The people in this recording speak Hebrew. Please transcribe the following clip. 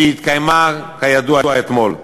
שהתקיימה כידוע אתמול.